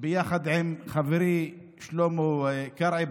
ביחד עם חברי שלמה קרעי,